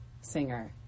singer